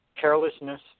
carelessness